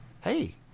Hey